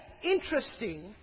interesting